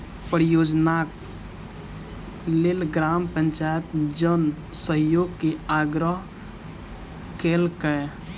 परियोजनाक लेल ग्राम पंचायत जन सहयोग के आग्रह केलकै